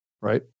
right